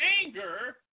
anger